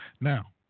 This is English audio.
Now